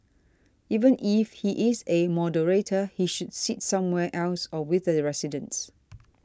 even if he is a moderator he should sit somewhere else or with the residents